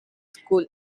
school